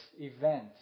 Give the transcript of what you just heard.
event